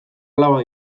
alaba